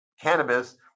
cannabis